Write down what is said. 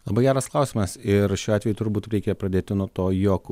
labai geras klausimas ir šiuo atveju turbūt reikia pradėti nuo to jog